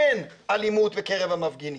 אין אלימות בקרב המפגינים.